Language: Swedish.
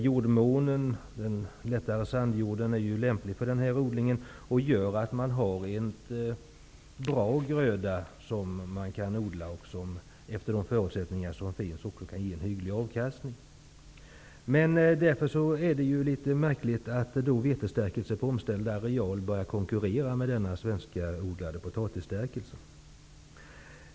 Jordmånen -- den lättare sandjorden -- är lämplig för den här odlingen och gör att den gröda som odlas är bra och att den efter de förutsättningar som finns också kan ge en hygglig avkastning. Det är därför litet märkligt att vetestärkelse på omställd areal börjar konkurrera med denna svenskodlade potatisstärkelse.